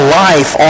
life